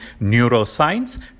Neuroscience